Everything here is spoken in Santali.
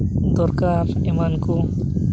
ᱫᱚᱨᱠᱟᱨ ᱮᱢᱟᱱ ᱠᱚ